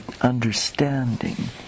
understanding